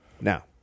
Now